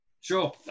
Sure